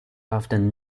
often